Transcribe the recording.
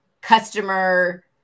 customer